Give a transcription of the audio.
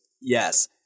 yes